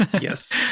Yes